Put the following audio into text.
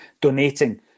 donating